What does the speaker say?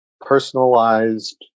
personalized